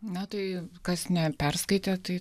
na tai kas neperskaitė tai